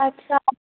अच्छा